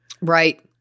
Right